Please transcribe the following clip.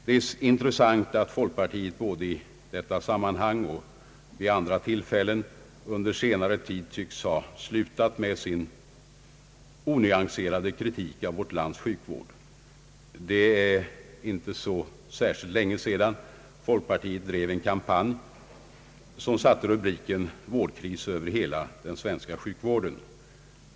Det är intressant att folkpartiet både i detta sammanhang och vid andra tillfällen under senare tid tycks ha slutat med sin tidigare onyanserade kritik mot vårt lands sjukvård. Det är inte så särskilt länge sedan folkpartiet drev en kampanj som satte rubriken »Vårdkris» över hela den svenska sjukvården.